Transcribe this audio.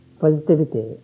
positivity